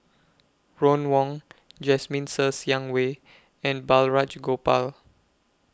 Ron Wong Jasmine Ser Xiang Wei and Balraj Gopal